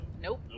Nope